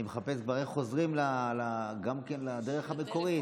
אני מחפש איך חוזרים לדרך המקורית,